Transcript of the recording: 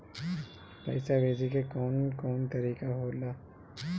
पइसा भेजे के कौन कोन तरीका होला?